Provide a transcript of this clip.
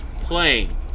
playing